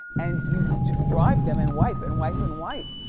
and you drive them and wipe and wipe and wipe.